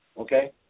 Okay